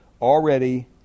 already